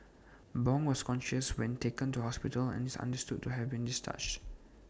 Bong was conscious when taken to hospital and is understood to have been discharged